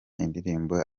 indirimbo